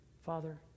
Father